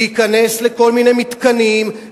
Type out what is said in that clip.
להיכנס לכל מיני מתקנים,